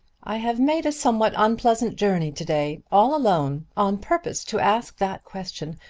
i have made a somewhat unpleasant journey to-day, all alone, on purpose to ask that question.